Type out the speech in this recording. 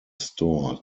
store